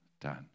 done